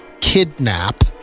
kidnap